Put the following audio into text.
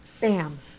Bam